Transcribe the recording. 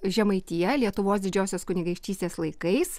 žemaitiją lietuvos didžiosios kunigaikštystės laikais